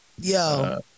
Yo